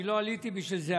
אני לא עליתי בשביל זה,